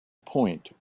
point